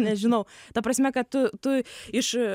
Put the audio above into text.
nežinau ta prasme kad tu tu iš